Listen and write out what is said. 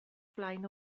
flaen